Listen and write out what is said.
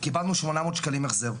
קיבלנו שמונה מאות שקלים החזר.